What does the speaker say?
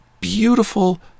beautiful